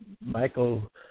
Michael